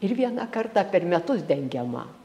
ir vieną kartą per metus dengiama